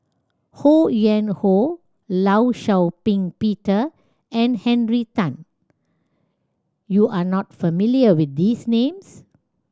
Ho Yuen Hoe Law Shau Ping Peter and Henry Tan you are not familiar with these names